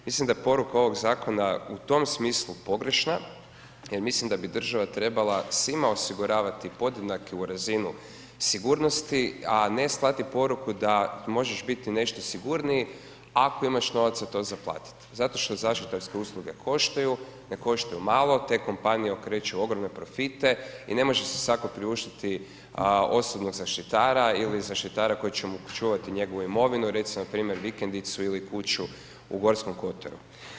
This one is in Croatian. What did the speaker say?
Mislim da je poruka ovog zakona u tom smislu pogrešna jer mislim da bi država trebala svima osiguravati podjednaku razinu sigurnosti a ne slati poruku da možeš biti nešto sigurniji ako imaš novaca to za platiti zato što zaštitarske usluge koštaju, ne koštaju malo, te kompanije okreću ogromne profite i ne može si svatko priuštiti osobnog zaštitara ili zaštitar koji će mu čuvati njegovu imovinu, recimo npr. vikendicu ili kuću u Gorskom Kotaru.